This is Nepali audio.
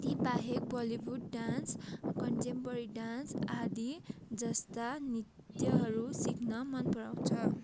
तीबाहेक बलिउड डान्स कन्टेम्पोरेरी डान्स आदि जस्ता नृत्यहरू सिक्न मन पराउँछ